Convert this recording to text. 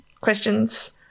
questions